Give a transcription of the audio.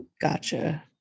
Gotcha